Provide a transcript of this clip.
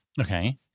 Okay